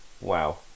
Wow